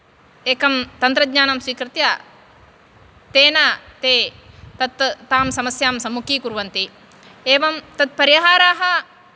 एकं तन्त्रज्ञानं स्वीकृत्य तेन ते तत् तां समस्यां सम्मुखीकुर्वन्ति एवं तत् परिहाराः